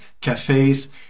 cafes